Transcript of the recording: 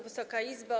Wysoka Izbo!